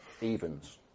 evens